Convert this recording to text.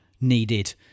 needed